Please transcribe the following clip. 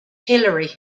hillary